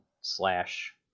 slash